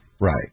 right